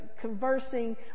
conversing